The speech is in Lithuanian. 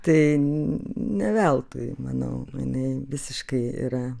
tai ne veltui manau jinai visiškai yra